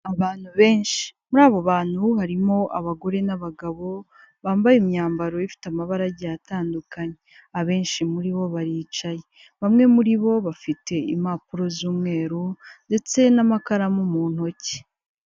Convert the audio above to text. Abantu benshi, muri abo bantu harimo abagore n'abagabo, bambaye imyambaro ifite amabara agiye atandukanye, abenshi muri bo baricaye, bamwe muri bo bafite impapuro z'umweru ndetse n'amakaramu mu ntoki.